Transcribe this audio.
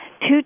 two